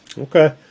Okay